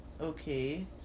Okay